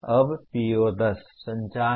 अब PO 10 संचार है